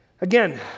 Again